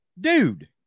Dude